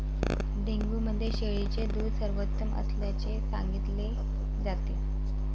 dengue मध्ये शेळीचे दूध सर्वोत्तम असल्याचे सांगितले जाते